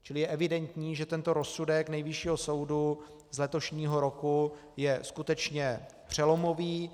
Čili je evidentní, že tento rozsudek Nejvyššího soudu z letošního roku je skutečně přelomový.